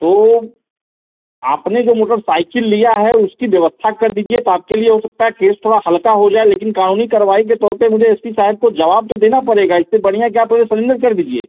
तो आपने जो मोटरसाइकिल लिया है उसकी व्यवस्था कर दीजिए तो आपके लिए हो सकता है केस थोड़ा हल्का हो जाए लेकिन कानूनी कर्यवाही के तौर पर मुझे एस पी साहब को जवाब तो देना पड़ेगा इससे बढ़िया है कि आप मुझे सरेंडेर कर दीजिए